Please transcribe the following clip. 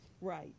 right